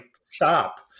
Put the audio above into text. stop